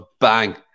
Bang